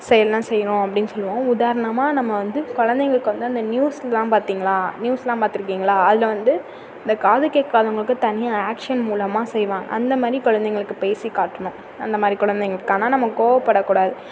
செயல்லாம் செய்யணும் அப்படின்னு சொல்வோம் உதாரணமாக நம்ம வந்து கொழந்தைகளுக்கு வந்து அந்த நியூஸ்லாம் பார்த்தீங்களா நியூஸ்லாம் பார்த்திருக்கீங்களா அதில் வந்து இந்த காது கேட்காதவங்களுக்கு தனியாக ஆக்ஷன் மூலமாக செய்வாங்க அந்த மாதிரி கொழந்தைகளுக்கு பேசிக் காட்டணும் அந்த மாதிரி குழந்தைகளுக்கு ஆனால் நம்ம கோபப்படக்கூடாது